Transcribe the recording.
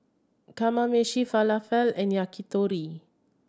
Kamameshi Falafel and Yakitori